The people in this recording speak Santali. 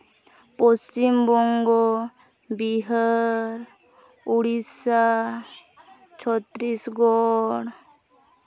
ᱯᱚᱥᱪᱤᱢᱵᱚᱝᱜᱚ ᱵᱤᱦᱟᱨ ᱩᱲᱤᱥᱥᱟ ᱪᱷᱚᱛᱛᱨᱤᱥᱜᱚᱲ